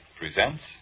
presents